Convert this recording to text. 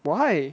why